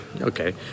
Okay